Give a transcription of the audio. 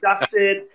dusted